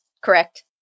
correct